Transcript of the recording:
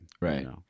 right